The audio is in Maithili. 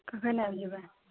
कखन आबि जेबै